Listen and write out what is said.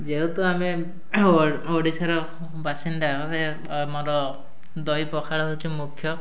ଯେହେତୁ ଆମେ ଓଡ଼ିଶାର ବାସିନ୍ଦା ସେ ଆମର ଦହି ପଖାଳ ହେଉଛି ମୁଖ୍ୟ